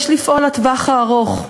יש לפעול לטווח הארוך.